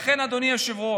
לכן, אדוני היושב-ראש,